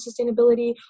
sustainability